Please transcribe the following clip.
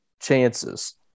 chances